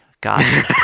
god